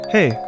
Hey